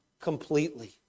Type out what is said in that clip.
completely